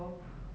err